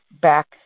back